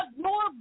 more